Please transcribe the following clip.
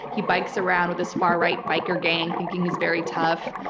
he bikes around with this far right biker gang thinking he's very tough.